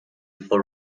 for